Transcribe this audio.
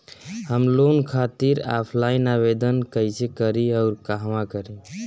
हम लोन खातिर ऑफलाइन आवेदन कइसे करि अउर कहवा करी?